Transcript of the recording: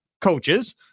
coaches